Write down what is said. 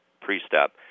pre-step